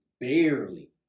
Barely